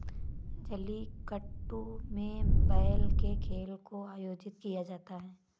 जलीकट्टू में बैल के खेल को आयोजित किया जाता है